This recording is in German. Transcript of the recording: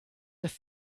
das